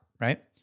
right